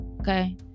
okay